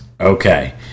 Okay